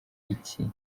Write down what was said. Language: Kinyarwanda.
iki